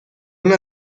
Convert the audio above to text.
una